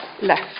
left